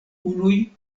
unuj